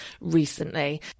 recently